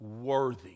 worthy